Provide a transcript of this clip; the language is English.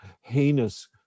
heinous